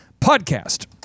Podcast